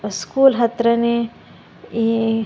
school ಹತ್ರಾ ಈ